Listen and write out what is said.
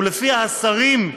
ולפיה השרים,